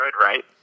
right